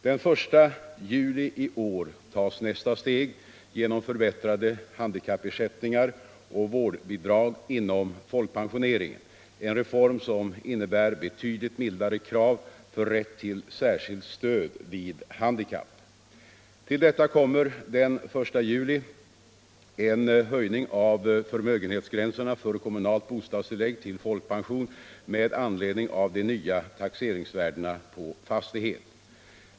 Den I juli i år tas nästa steg genom förbättrade handikappersättningar och vårdbidrag inom folkpensioneringen, en reform som innebär betydligt mildare krav för rätt till särskilt stöd vid handikapp. Till detta kommer den 1 juli en höjning av förmögenhetsgränserna för kommunalt bostadstillägg till folkpension med anledning av de nya taxeringsvärdena på fastighet.